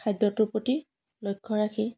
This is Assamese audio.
খাদ্যটোৰ প্ৰতি লক্ষ্য ৰাখি